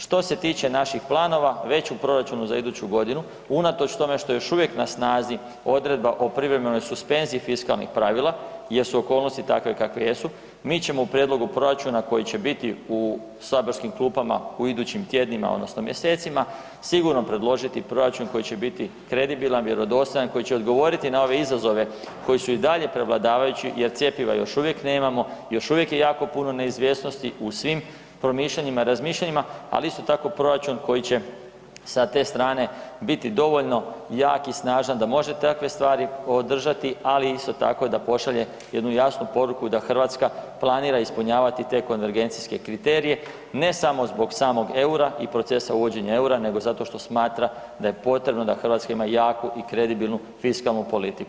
Što se tiče naših planova, već u proračunu za iduću godinu unatoč tome što je još uvijek na snazi odredba o privremenoj suspenziji fiskalnih pravila jer su okolnosti takve kakve jesu, mi ćemo u prijedlogu proračuna koji će biti u saborskim klupama u idućim tjednima odnosno mjesecima, sigurno predložiti proračun koji će biti kredibilan, vjerodostojan, koji će odgovoriti na ove izazove koji su i dalje prevladavajući jer cjepiva još uvijek nemamo, još uvijek je jako puno neizvjesnosti u svim promišljanjima i razmišljanjima, ali isto tako proračun koji će sa te strane biti dovoljno jak i snažan da može takve stvari održati, ali isto tako da pošalje jednu jasnu poruku da Hrvatska planira ispunjavati te konvergencijske kriterije, ne samo zbog samog EUR-a i procesa uvođenja EUR-a nego zato što smatra da je potrebno da Hrvatska ima jaku i kredibilnu fiskalnu politiku.